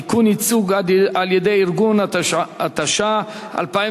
אין מתנגדים, אין נמנעים.